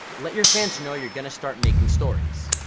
let your fans know you're gonna start making stories.